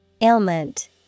ailment